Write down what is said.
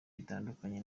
bitandukanye